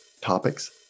topics